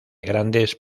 grandes